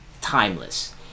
timeless